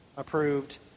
approved